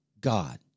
God